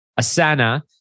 Asana